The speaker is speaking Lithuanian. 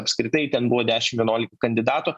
apskritai ten buvo dešim vienuolika kandidatų